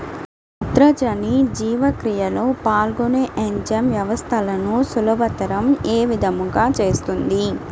నత్రజని జీవక్రియలో పాల్గొనే ఎంజైమ్ వ్యవస్థలను సులభతరం ఏ విధముగా చేస్తుంది?